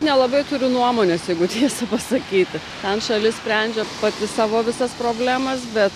nelabai turiu nuomonės jeigu tiesą pasakyti ten šalis sprendžia pati savo visas problemas bet